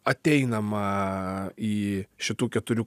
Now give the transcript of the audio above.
ateinama į šitų keturių